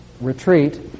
retreat